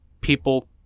people –